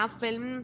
film